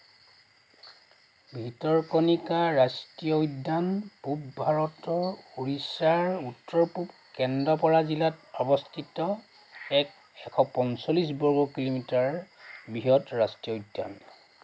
ভিতৰকণিকা ৰাষ্ট্ৰীয় উদ্যান পূব ভাৰতৰ উৰিষ্যাৰ উত্তৰ পূব কেন্দ্ৰপাৰা জিলাত অৱস্থিত এক এশ পঞ্চল্লিছ বৰ্গ কিলোমিটাৰ বৃহৎ ৰাষ্ট্ৰীয় উদ্যান